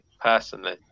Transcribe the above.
personally